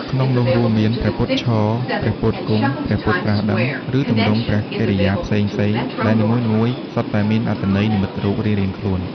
ក្នុងនោះ រួមមាន ព្រះពុទ្ធឈរ ព្រះពុទ្ធគង់ ព្រះពុទ្ធត្រាស់ដឹង ឬទម្រង់ព្រះកិរិយាផ្សេងៗ ដែលនីមួយៗសុទ្ធតែមានអត្ថន័យនិមិត្តរូបរៀងៗខ្លួន។